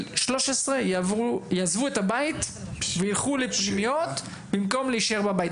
13 יעזבו את הבית וילכו לפנימיות במקום להשאר בבית.